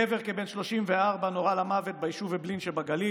גבר כבן 34 נורה למוות ביישוב אעבלין שבגליל,